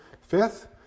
Fifth